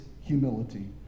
humility